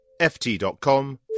ft.com